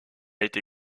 été